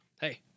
hey